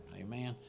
Amen